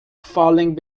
falling